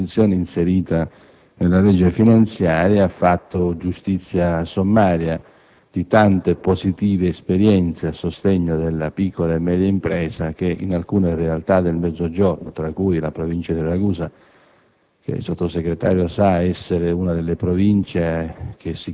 Governo precedente che, con una disposizione inserita nella legge finanziaria, ha fatto giustizia sommaria di tante positive esperienze a sostegno delle piccole e medie imprese presenti in alcune realtà del Mezzogiorno, tra cui la Provincia di Ragusa.